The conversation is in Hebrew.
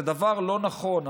זה דבר לא נכון.